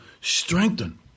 Strengthen